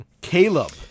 Caleb